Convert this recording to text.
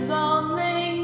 lonely